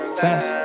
fast